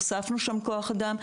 הוספנו שם כוח אדם.